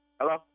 Hello